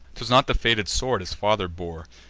t was not the fated sword his father bore,